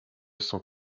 sans